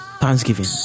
Thanksgiving